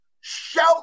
Shout